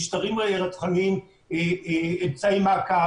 פרטניים ולא להסמיך את הממשלה לקבוע